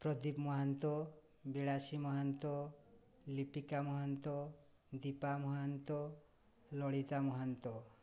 Pradeep Mohanty Bilasi Mahanta Lipika Mahanta Dipa Mahanta Lalita Mahanta